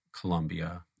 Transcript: Colombia